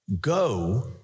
Go